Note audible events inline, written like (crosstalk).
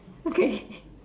okay (laughs)